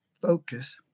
focus